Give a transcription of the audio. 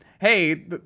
hey